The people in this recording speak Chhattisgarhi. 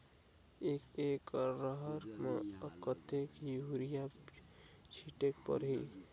एक एकड रहर म कतेक युरिया छीटेक परही?